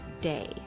day